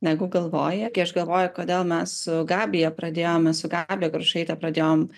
negu galvoji o kai aš galvoju kodėl mes su gabija pradėjome su gabija grušaite pradėjom